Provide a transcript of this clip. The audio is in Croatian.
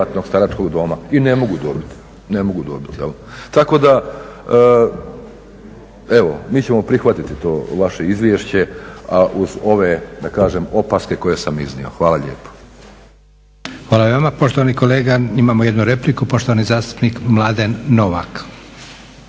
Hvala i vama poštovani kolega. Imamo jednu repliku, poštovani zastupnik Mladen Novak.